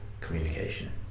communication